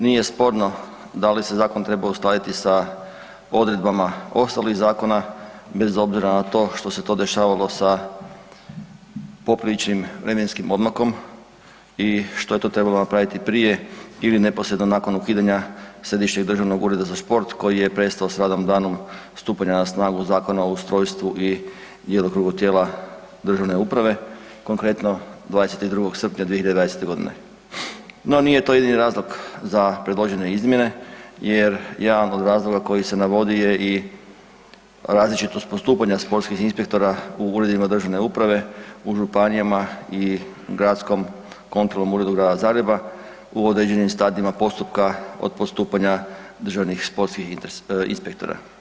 Nije sporno da li se zakon treba uskladiti sa odredbama ostalih zakona bez obzira na to što se to dešavalo sa popriličnim vremenskim odmakom i što je to trebalo napraviti prije ili neposredno nakon ukidanja Središnjeg državnog ureda za šport koji je prestao s radom danom stupanja na snagu Zakona o ustrojstvu i djelokrugu tijela državne uprave, konkretno 22. srpnja 2020.g. No nije to jedini razlog za predložene izmjene jer jedan od razloga koji se navodi je i različitost postupanja sportskih inspektora u uredima državne uprave, u županijama i Gradskom kontrolnom uredu Grada Zagreba u određenim stadijima postupka od postupanja državnih sportskih inspektora.